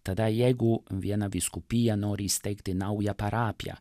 tada jeigu viena vyskupija nori įsteigti naują parapiją